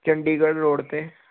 Chandigarh road ਤੇ